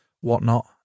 whatnot